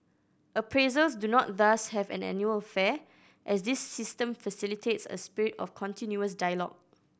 appraisals do not thus have an annual affair as this system facilitates a spirit of continuous dialogue